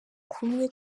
kumwe